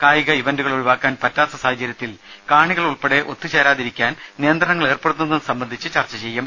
കായിക ഇവന്റുകൾ ഒഴിവാക്കാൻ പറ്റാത്ത സാഹചര്യത്തിൽ കാണികൾ ഉൾപ്പെടെ ഒത്തുചേരാതിരിക്കാൻ നിയന്ത്രണങ്ങൾ ഏർപ്പെടുത്തുന്നത് സംബന്ധിച്ച് ചർച്ച ചെയ്യും